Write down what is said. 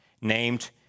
named